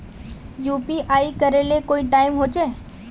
UPI करे ले कोई टाइम होचे?